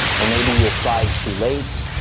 or maybe you applied too late,